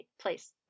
place